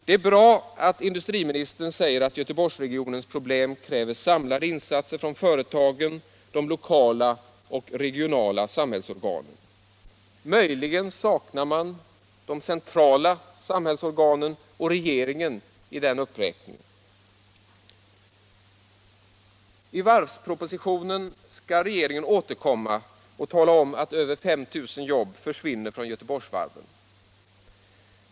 Det är bra att industriministern säger att Göteborgsregionens problem kräver samlade insatser från företagen och från de lokala och regionala samhällsorganen. Men man saknar de centrala samhällsorganen och regeringen i denna uppräkning. I varvspropositionen skall regeringen återkomma och tala om att över 5 000 jobb försvinner från Göteborgsvarven.